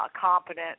competent